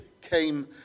came